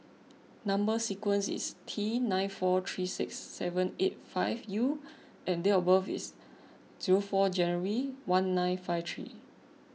Number Sequence is T nine four three six seven eight five U and date of birth is zero four January one nine five three